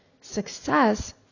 success